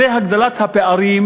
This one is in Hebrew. זה הגדלת הפערים